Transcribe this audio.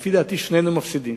לדעתי, שנינו מפסידים.